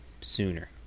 sooner